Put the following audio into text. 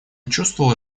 чувствовала